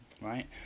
Right